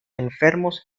enfermos